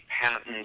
patents